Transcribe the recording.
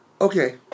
Okay